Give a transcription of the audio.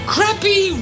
Crappy